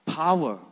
power